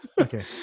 Okay